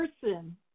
person